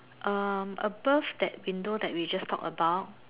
uh above that window that we just talked about